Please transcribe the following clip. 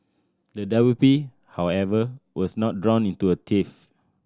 the W P however was not drawn into a tiff